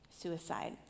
suicide